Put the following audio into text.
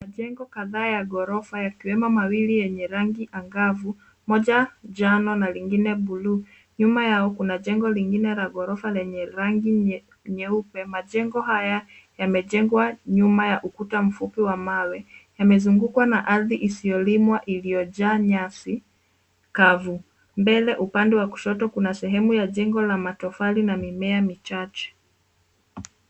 Majengo kadhaa ya ghorofa, yakiwemo mawili yenye rangi angavu, Moja njano na lingine buluu. Nyuma yao kuna jengo lingine la ghorofa lenye rangi nyeupe. Majengo haya yamejengwa nyuma ya ukuta mfupi wa mawe, yamezungukwa na ardhi isiyo limwa, iliyojaa nyasi kavu. Mbele upande wa kushoto, kuna sehemu ya jengo la matofali na mimea michache.